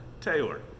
Taylor